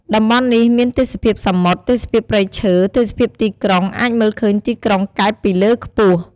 តំបន់នេះមានទេសភាពសមុទ្រ ទេសភាពព្រៃឈើ ទេសភាពទីក្រុង អាចមើលឃើញទីក្រុងកែបពីលើខ្ពស់។